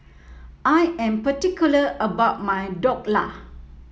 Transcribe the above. I am particular about my Dhokla